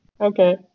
Okay